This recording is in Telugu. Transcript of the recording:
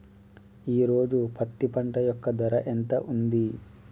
ఈ రోజు పత్తి పంట యొక్క ధర ఎంత ఉంది?